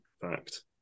fact